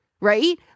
Right